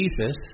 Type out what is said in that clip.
Jesus